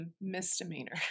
misdemeanor